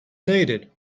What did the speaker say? needed